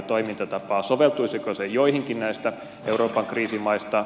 soveltuisiko se joihinkin näistä euroopan kriisimaista